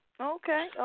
Okay